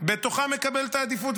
בתוכם מקבל את העדיפות.